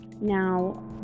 Now